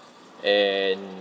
and